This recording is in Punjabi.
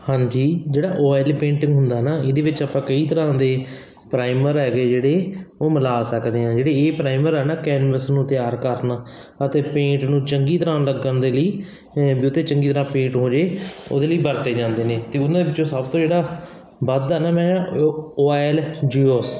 ਹਾਂਜੀ ਜਿਹੜਾ ਓਇਲ ਪੇਂਟਿੰਗ ਹੁੰਦਾ ਨਾ ਇਹਦੇ ਵਿੱਚ ਆਪਾਂ ਕਈ ਤਰ੍ਹਾਂ ਦੇ ਪ੍ਰਾਈਮਰ ਹੈਗੇ ਜਿਹੜੇ ਉਹ ਮਿਲਾ ਸਕਦੇ ਹਾਂ ਜਿਹੜੇ ਇਹ ਪ੍ਰਾਈਮਰ ਆ ਨਾ ਕੈਨਵਸ ਨੂੰ ਤਿਆਰ ਕਰਨਾ ਅਤੇ ਪੇਂਟ ਨੂੰ ਚੰਗੀ ਤਰ੍ਹਾਂ ਲੱਗਣ ਦੇ ਲਈ ਵੀ ਉਹਦੇ 'ਤੇ ਚੰਗੀ ਤਰ੍ਹਾਂ ਪੇਂਟ ਹੋ ਜਾਵੇ ਉਹਦੇ ਲਈ ਵਰਤੇ ਜਾਂਦੇ ਨੇ ਅਤੇ ਉਹਨਾਂ ਵਿੱਚੋਂ ਸਭ ਤੋਂ ਜਿਹੜਾ ਵੱਧਦਾ ਨਾ ਮੈਂ ਉਹ ਓਇਲ ਜੋਇਸ